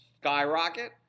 skyrocket